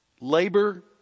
labor